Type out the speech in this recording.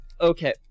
Okay